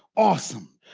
awesome.